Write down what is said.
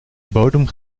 bodem